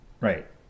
Right